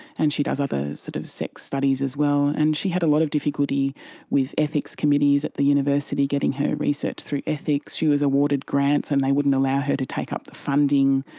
and she does other sort of sex studies as well. and she had a lot of difficulty with ethics committees at the university, getting her research through ethics. she was awarded grants and they wouldn't allow her to take up the funding.